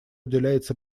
уделяется